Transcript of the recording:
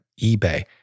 eBay